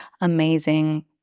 amazing